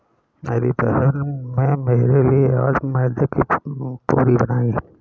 मेरी बहन में मेरे लिए आज मैदे की पूरी बनाई है